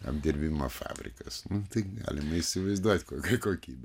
apdirbimo fabrikas tai galima įsivaizduot kokia kokybė